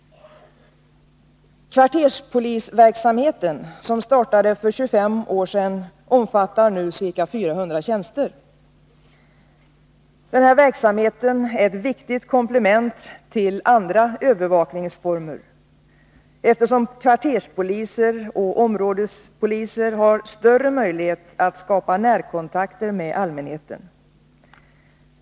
Kvarterspolisverksamheten, som startade för 25 år sedan, omfattar nu ca 400 tjänster. Denna verksamhet är ett viktigt komplement till andra övervakningsformer, eftersom kvarterspoliser och områdespoliser har större möjlighet att skapa närkontakter med allmänheten.